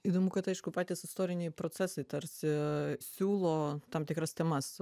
įdomu kad aišku patys istoriniai procesai tarsi siūlo tam tikras temas